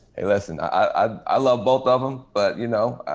hey listen, i love both of them. but you know,